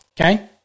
Okay